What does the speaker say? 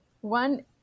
One